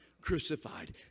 crucified